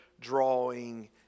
drawing